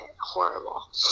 Horrible